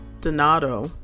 Donato